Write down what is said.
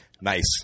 Nice